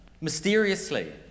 mysteriously